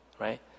Right